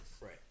Right